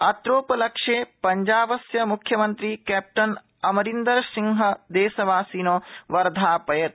अत्रोपलक्ष्ये पंजाबस्य मुख्यमन्त्री क्ष्टिन अमरिन्दर सिंह देशवासिनो वर्धापयत